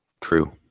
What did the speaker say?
True